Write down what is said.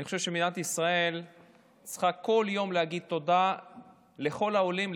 אני חושב שמדינת ישראל צריכה כל יום להגיד תודה לכל העולים,